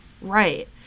Right